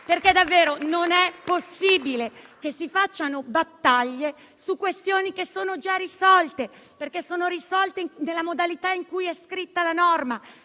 Davvero non è possibile che si facciano battaglie su questioni che sono già risolte, perché sono risolte nella modalità in cui è scritta la norma